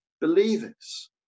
believers